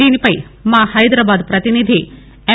దీనిపై మా హైదరాబాద్ ప్రతినిధి ఎం